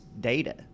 data